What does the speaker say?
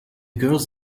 girls